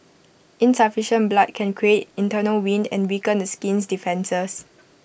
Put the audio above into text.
insufficient blood can create internal wind and weaken the skin's defences